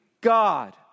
God